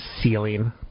ceiling